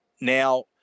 Now